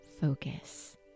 focus